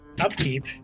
Upkeep